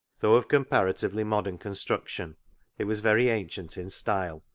though of comparatively modern construction it was very ancient in style,